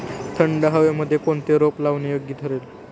थंड हवेमध्ये कोणते रोप लावणे योग्य ठरेल?